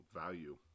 value